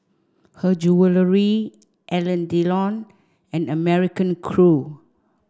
Her Jewellery Alain Delon and American Crew